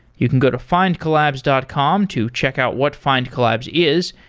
you can go to findcollabs dot com to check out what findcollabs is.